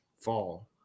fall